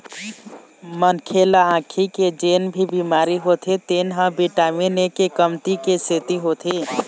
मनखे ल आँखी के जेन भी बिमारी होथे तेन ह बिटामिन ए के कमती के सेती होथे